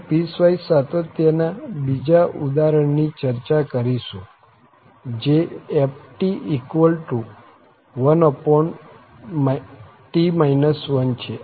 આપણે પીસવાઈસ સાતત્ય ના બીજા ઉદાહરણ ની ચર્ચા કરીશું જે ft1t 1 છે